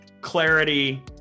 clarity